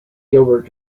gilbert